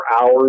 hours